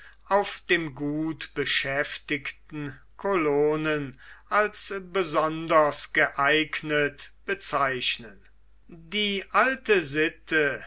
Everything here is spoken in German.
auf dem gut beschäftigten kolonen als besonders geeignet bezeichnen die alte sitte